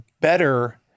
better